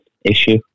issue